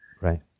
Right